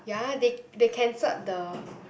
ya they they cancelled the